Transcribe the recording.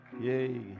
Yay